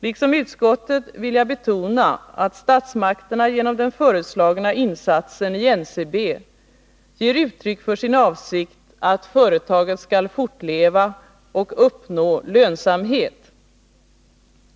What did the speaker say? Liksom utskottsmajoriteten i övrigt vill jag betona att statsmakterna genom den föreslagna insatsen i NCB ger uttryck för sin avsikt att företaget skall fortleva och uppnå lönsamhet.